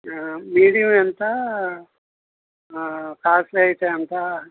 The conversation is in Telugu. మీడియం ఎంత కాస్టలీ అయితే ఎంత